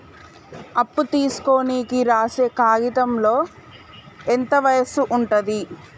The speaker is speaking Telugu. అప్పు తీసుకోనికి రాసే కాయితంలో ఎంత వయసు ఉంటది?